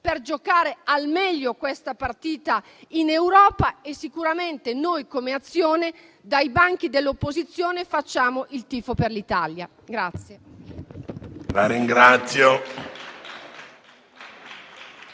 per giocare al meglio questa partita in Europa. Sicuramente noi, come Azione, dai banchi dell'opposizione, facciamo il tifo per l'Italia.